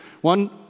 One